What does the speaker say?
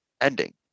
ending